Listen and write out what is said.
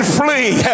flee